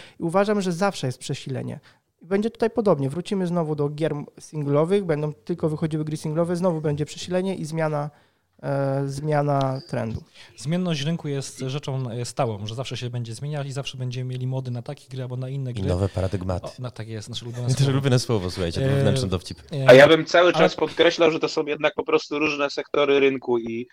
I uważam, że zawsze jest przesilenie. Będzie tutaj podobnie. Wrócimy znowu do gier singlowych. Będą tylko wychodziły gry singlowe. Znowu będzie przesilenie i zmiana, e, zmiana trendu. Zmienność rynku jest rzeczą, e, stałą, że zawsze się będzie zmieniać i zawsze będziemy mieli mody na takie gry albo na inne I gry. nowe paradygmaty. O, no, takie jest nasze ulubione Ja też słowo. lubię te słowo, słuchajcie, to E, wewnętrzny dowcip. e, A ja bym cały ale- czas podkreślał, że to są jednak po prostu różne sektory rynku i